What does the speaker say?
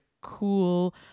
cool